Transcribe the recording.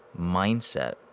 mindset